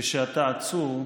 כשאתה עצור,